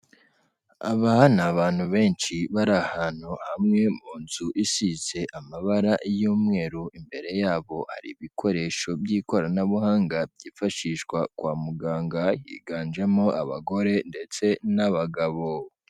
Aba ni abantu benshi bari ahantu hamwe mu nzu isize amabara y'umweru, imbere yabo hari ibikoresho by'ikoranabuhanga byifashishwa kwa muganga, higanjemo abagore ndetse n'abagabo.